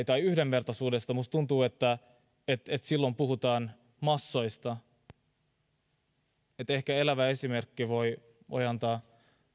tai yhdenvertaisuudesta minusta tuntuu että silloin puhutaan massoista mutta ehkä elävä esimerkki voi voi antaa